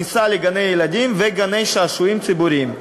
הכניסה לגני-ילדים וגני-שעשועים ציבוריים.